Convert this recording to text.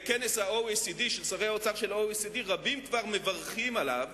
בכנס שרי האוצר של ה-OECD רבים כבר מברכים עליו,